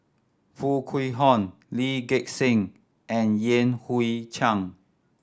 Foo Kwee Horng Lee Gek Seng and Yan Hui Chang